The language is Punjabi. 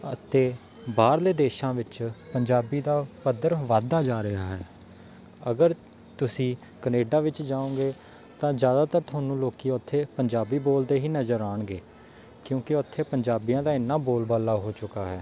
ਅਤੇ ਬਾਹਰਲੇ ਦੇਸ਼ਾਂ ਵਿੱਚ ਪੰਜਾਬੀ ਦਾ ਪੱਧਰ ਵੱਧਦਾ ਜਾ ਰਿਹਾ ਹੈ ਅਗਰ ਤੁਸੀਂ ਕਨੇਡਾ ਵਿੱਚ ਜਾਉਂਗੇ ਤਾਂ ਜ਼ਿਆਦਾਤਰ ਤੁਹਾਨੂੰ ਲੋਕ ਉੱਥੇ ਪੰਜਾਬੀ ਬੋਲਦੇ ਹੀ ਨਜ਼ਰ ਆਉਣਗੇ ਕਿਉਂਕਿ ਉੱਥੇ ਪੰਜਾਬੀਆਂ ਦਾ ਇੰਨਾ ਬੋਲਬਾਲਾ ਹੋ ਚੁੱਕਾ ਹੈ